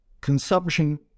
consumption